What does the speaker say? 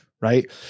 Right